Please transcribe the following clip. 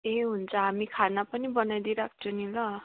ए हुन्छ हामी खाना पनि बनाइदिइ राख्छौँ नि ल